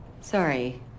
Sorry